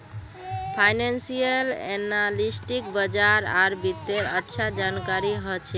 financial एनालिस्टक बाजार आर वित्तेर अच्छा जानकारी ह छेक